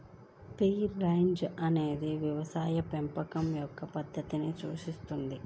free range అనేది వ్యవసాయ పెంపకం యొక్క పద్ధతిని సూచిస్తుంది